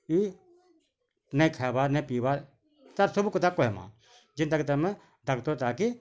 ଇ ନାଇଁ ଖାଇବାର୍ ନାଇଁ ପିଇବାର୍ ତାର ସବୁକଥା କହେମା ଯେନ୍ତାକି ତା'ର ଡାକ୍ତର୍ ତାହାକି